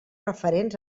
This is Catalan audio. referents